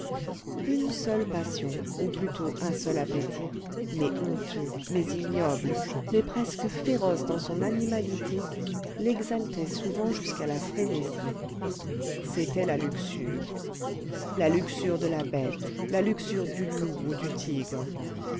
une seule passion ou plutôt un seul appétit mais honteux mais ignoble mais presque féroce dans son animalité l'exaltait souvent jusqu'à la frénésie c'était la luxure la luxure de la bête la luxure du loup ou du tigre